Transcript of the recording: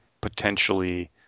potentially